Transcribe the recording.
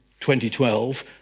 2012